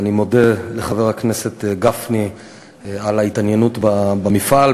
אני מודה לחבר הכנסת גפני על ההתעניינות במפעל.